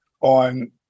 on